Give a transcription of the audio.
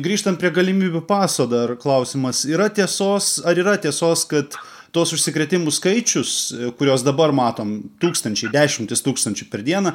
grįžtant prie galimybių paso dar klausimas yra tiesos ar yra tiesos kad tuos užsikrėtimų skaičius kuriuos dabar matom tūkstančiai dešimtys tūkstančių per dieną